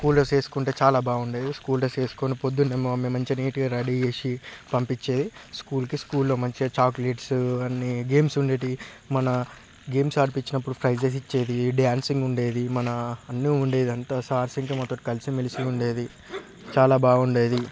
school dress వేసుకుంటే చాలా బాగుండేది స్కూల్ డ్రెస్ వేసుకొని పొద్దున్నే మేము మంచిగా నీట్గా రెడీ చేసి పంపించేది స్కూల్కి స్కూల్లో మంచిగా చాక్లెట్స్ అని గేమ్స్ ఉండేవి మన గేమ్స్ ఆడించినపుడు ప్రైజెస్ ఇచ్చేది డాన్సింగ్ ఉండేది మన అన్నీ ఉండేది అంతా సార్స్ ఇంకా మాతో కలిసిమెలిసి ఉండేది చాలా బాగుండేది